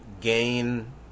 gain